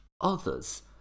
others